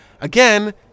again